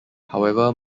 however